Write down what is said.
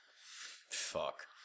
Fuck